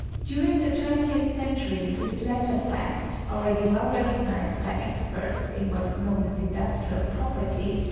during the twentieth century this latter fact, already well recognised by experts in what is known as industrial property,